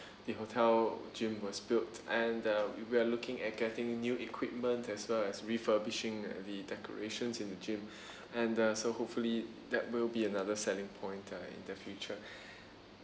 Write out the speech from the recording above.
the hotel gym was built and uh we're looking at getting new equipment as well as refurbishing the decorations in the gym and uh so hopefully that will be another selling point uh in the future